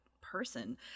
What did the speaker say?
person